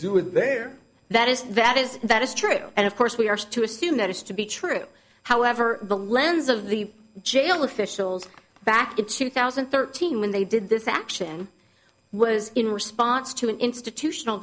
mobile that is that is that is true and of course we are still assume that is to be true however the lens of the jail officials back in two thousand and thirteen when they did this action was in response to an institutional